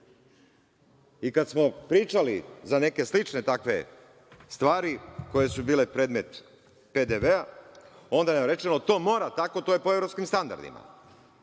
smo pričali za neke slične takve stvari koje su bile predmet PDV-a, onda nam je rečeno to mora tako, to je po evropskim standardima.